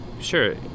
sure